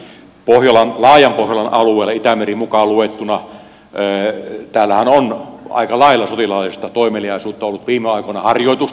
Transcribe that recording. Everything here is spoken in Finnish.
laajan pohjolan alueellahan itämeri mukaan luettuna on aika lailla ollut sotilaallista toimeliaisuutta viime aikoina harjoitusten muodossa